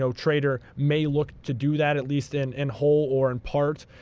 so trader may look to do that, at least in and whole or in part,